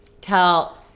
Tell